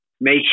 make